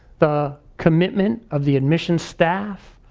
the commitment of the admissions staff,